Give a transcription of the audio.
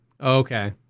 okay